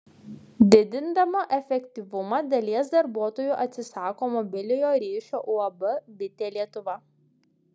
didindama efektyvumą dalies darbuotojų atsisako mobiliojo ryšio uab bitė lietuva